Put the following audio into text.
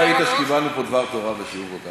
איפה היית כשקיבלנו פה דבר תורה ושיעור כל כך,